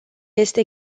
este